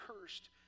cursed